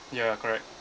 ya correct